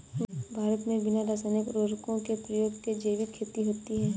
भारत मे बिना रासायनिक उर्वरको के प्रयोग के जैविक खेती होती है